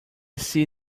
see